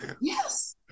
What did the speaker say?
Yes